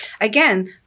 again